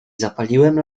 zapaliłem